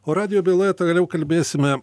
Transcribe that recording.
o radijo byloje toliau kalbėsime